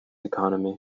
economy